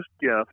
gift